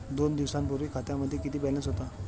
दोन दिवसांपूर्वी खात्यामध्ये किती बॅलन्स होता?